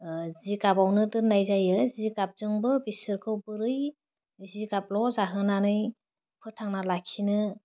ओह जिगाबावनो दोननाय जायो जिगाबजोंबो बिसोरखौ बोरै जिगाबल' जाहोनानै फोथांना लाखिनो